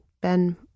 Ben